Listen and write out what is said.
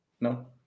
No